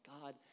God